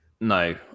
No